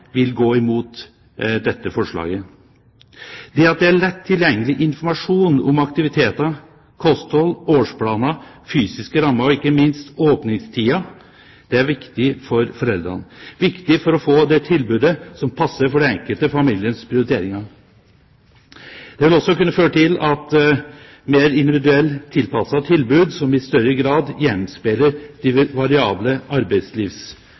vil gå imot dette forslaget. At det er lett tilgjengelig informasjon om aktiviteter, kosthold, årsplaner, fysiske rammer og ikke minst åpningstider, er viktig for foreldrene, viktig for å få det tilbudet som passer for de enkelte familiers prioriteringer. Det vil også kunne føre til et mer individuelt tilpasset tilbud, som i større grad gjenspeiler det variable arbeidslivet vi har ellers i samfunnet, og de